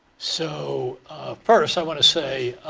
so first, i want to say,